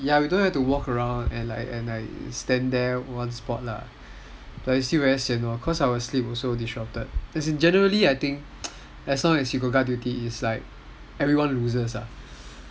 ya we don't have to walk around and like stand there one spot lah but it's still sian cause our sleep still disrupted as in generally I think as long as you got guard duty it's like everyone loses ah